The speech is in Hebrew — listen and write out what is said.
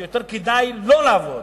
שיותר כדאי לא לעבוד,